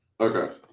Okay